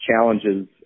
challenges